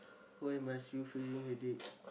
why must you feeling headache